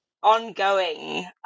Ongoing